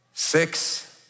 Six